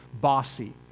bossy